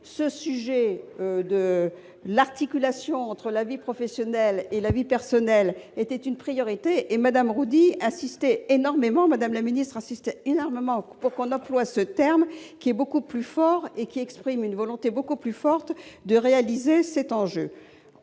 ce sujet de l'articulation entre la vie professionnelle et la vie personnelle était une priorité et Madame Roudy insisté énormément Madame la ministre insiste énormément pourquoi on emploie ce terme qui est beaucoup plus fort et qui exprime une volonté beaucoup plus forte de réaliser cet enjeu